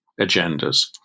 agendas